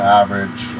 average